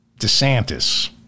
DeSantis